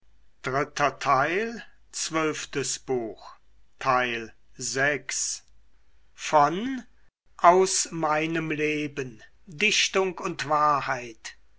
goethe aus meinem leben dichtung und wahrheit